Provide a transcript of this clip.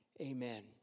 Amen